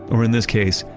or in this case,